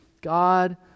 God